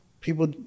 people